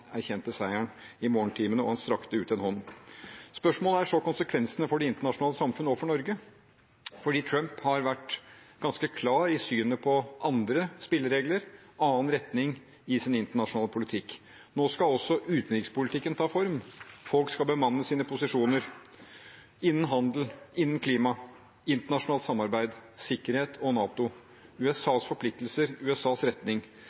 erkjente seieren i morgentimene, og han strakte ut en hånd. Spørsmålet er så: Hva blir konsekvensene for det internasjonale samfunn, og for Norge? Trump har vært ganske klar i synet på andre spilleregler, en annen retning i sin internasjonale politikk. Nå skal også utenrikspolitikken ta form. Folk skal bemanne sine posisjoner innen handel, klima, internasjonalt samarbeid, sikkerhet og NATO – USAs